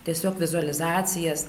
tiesiog vizualizacijas